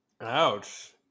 ouch